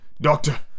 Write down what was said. Doctor